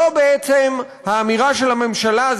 זו בעצם האמירה של הממשלה,